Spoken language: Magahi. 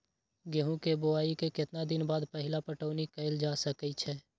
गेंहू के बोआई के केतना दिन बाद पहिला पटौनी कैल जा सकैछि?